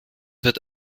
wird